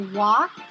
walk